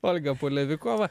olga polevikova